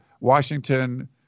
Washington